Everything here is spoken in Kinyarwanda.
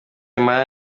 impala